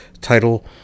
title